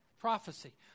Prophecy